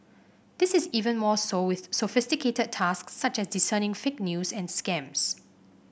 this is even more so with sophisticated tasks such as discerning fake news and scams